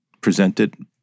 presented